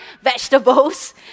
vegetables